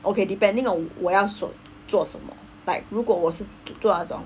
okay depending on 我要学做什么 like 如果我是做那种